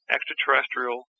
Extraterrestrial